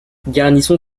garnison